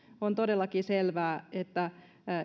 on todellakin selvää että